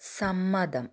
സമ്മതം